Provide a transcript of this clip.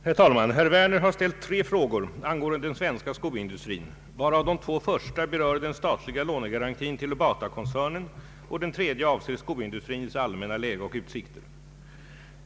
Herr talman! Herr Werner har ställt tre frågor angående den svenska skoindustrin, varav de två första berör den statliga lånegarantin till Batakoncernen och den tredje avser skoindustrins allmänna läge och utsikter.